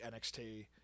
NXT